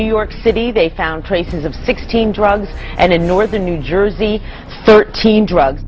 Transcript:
new york city they found traces of think drug and in northern new jersey thirteen drugs